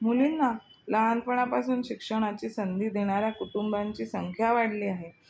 मुलींना लहानपणापासून शिक्षणाची संधी देणाऱ्या कुटुंबांची संख्या वाढली आहे